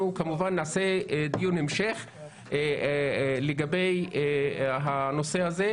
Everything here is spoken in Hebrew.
כמובן נעשה דיון המשך לגבי הנושא הזה.